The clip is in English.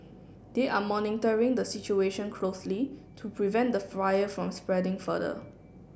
they are monitoring the situation closely to prevent the fire from spreading further